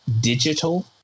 digital